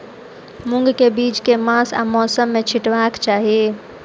मूंग केँ बीज केँ मास आ मौसम मे छिटबाक चाहि?